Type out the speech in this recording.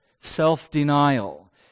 self-denial